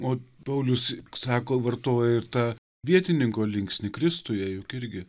o paulius sako vartojo ir tą vietininko linksnį kristuje juk irgi